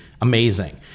amazing